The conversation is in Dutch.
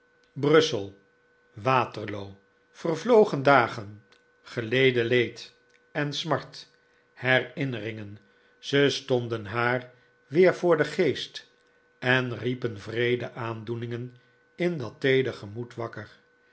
brussel waterloo vervlogen dagen geleden leed en smart herinneringen ze stonden haar weer voor den geest en riepen wreede aandoeningen in dat teeder gemoed wakker